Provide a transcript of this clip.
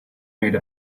made